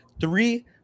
Three